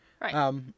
Right